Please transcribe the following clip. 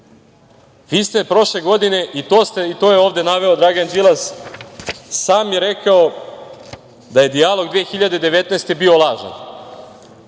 ste prošle godine, i to je ovde naveo Dragan Đilas, sam je rekao da je dijalog 2019. bio lažan.